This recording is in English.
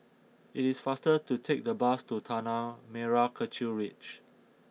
it is faster to take the bus to Tanah Merah Kechil Ridge